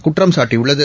குற்றம் சாட்டியுள்ளது